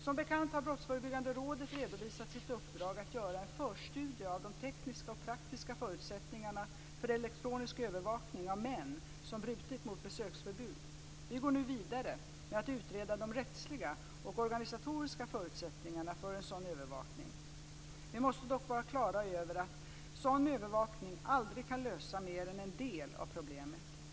Som bekant har Brottsförebyggande rådet redovisat sitt uppdrag att göra en förstudie av de tekniska och praktiska förutsättningarna för elektronisk övervakning av män som brutit mot besöksförbud. Vi går nu vidare med att utreda de rättsliga och organisatoriska förutsättningarna för en sådan övervakning. Vi måste dock vara klara över att en sådan övervakning aldrig kan lösa mer än en del av problemet.